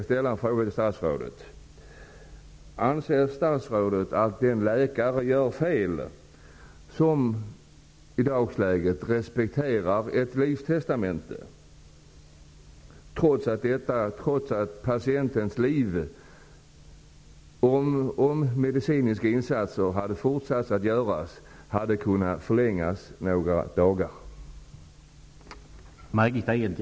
Till sist: Anser statsrådet att den läkare gör fel som i dag respekterar ett livstestamente, trots att patientens liv, om medicinska insatser hade gjorts, skulle ha kunnat förlängas med några dagar?